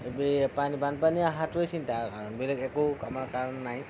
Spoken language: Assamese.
পানী বানপানী অহাটোৱেই চিন্তাৰ কাৰণ বেলেগ একো আমাৰ কাৰণ নাই